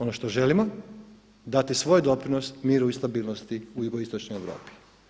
Ono što želimo dati svoj doprinos miru i stabilnosti u jugoistočnoj Europi.